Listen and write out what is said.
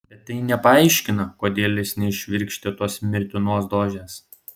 bet tai nepaaiškina kodėl jis neįšvirkštė tos mirtinos dozės